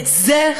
את זה,